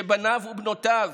שבניו ובנותיו